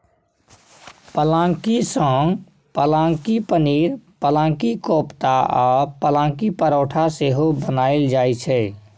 पलांकी सँ पलांकी पनीर, पलांकी कोपता आ पलांकी परौठा सेहो बनाएल जाइ छै